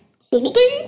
holding